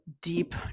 deep